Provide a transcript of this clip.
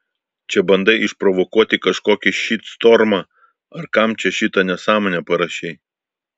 čia bandai išprovokuoti kažkokį šitstormą ar kam čia šitą nesąmonę parašei